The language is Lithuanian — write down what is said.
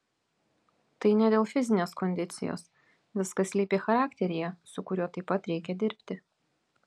tai ne dėl fizinės kondicijos viskas slypi charakteryje su kuriuo taip pat reikia dirbti